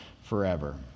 forever